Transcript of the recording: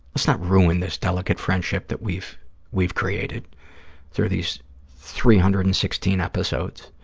let's not ruin this delicate friendship that we've we've created through these three hundred and sixteen episodes.